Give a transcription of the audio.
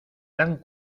tan